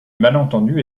malentendu